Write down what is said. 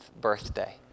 birthday